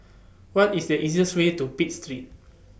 What IS The easiest Way to Pitt Street